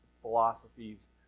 philosophies